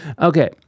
Okay